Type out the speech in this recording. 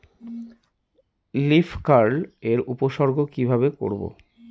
Leaf curl এর উপসর্গ কিভাবে করব?